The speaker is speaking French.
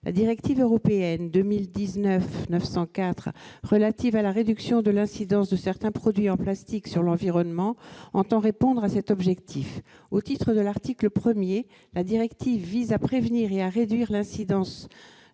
La directive européenne 2019/904 relative à la réduction de l'incidence de certains produits en plastique sur l'environnement entend répondre à cet objectif. Aux termes de son article premier, cette directive « vise à prévenir et à réduire l'incidence